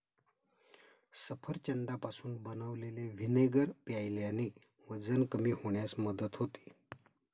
सफरचंदापासून बनवलेले व्हिनेगर प्यायल्याने वजन कमी होण्यास मदत होते